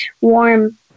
warm